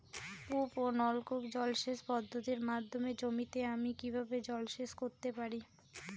কূপ ও নলকূপ জলসেচ পদ্ধতির মাধ্যমে জমিতে আমি কীভাবে জলসেচ করতে পারি?